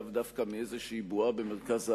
לאו דווקא מאיזו בועה במרכז הארץ,